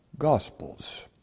Gospels